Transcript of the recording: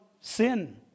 sin